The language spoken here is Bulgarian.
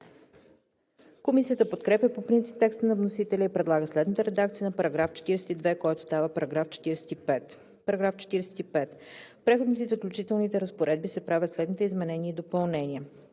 Комисията подкрепя по принцип текста на вносителя и предлага следната редакция на § 42, който става § 45: „§ 45. В преходните и заключителните разпоредби се правят следните изменения и допълнения: